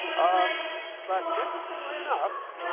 um but interestingly enough,